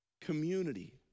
community